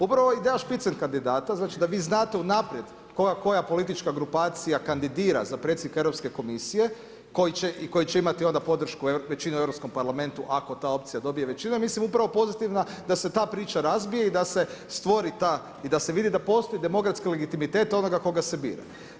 Upravo ideja spitzenkandidata, znači da vi znate unaprijed koja politička grupacija kandidira za predsjednika Europske komisije, koji će imati onda podršku većine u europskom parlamentu ako ta opcija dobije većinu, je mislim upravo pozitivna da se ta priča razbije i da se stvori ta i da se vidi da postoji demokratski legitimitet onoga koga se bira.